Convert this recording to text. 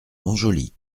montjoly